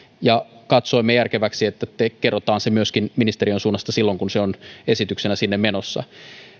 ja katsoimme järkeväksi että kerrotaan se myöskin ministeriön suunnasta silloin kun se on esityksenä sinne menossa